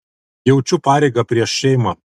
jaučiu pareigą prieš šeimą